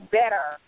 better